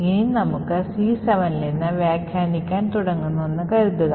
ഇനി നമുക്ക് C7 ൽ നിന്ന് വ്യാഖ്യാനിക്കാൻ തുടങ്ങുന്നുവെന്ന് കരുതുക